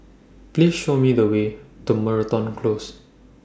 Please Show Me The Way to Moreton Close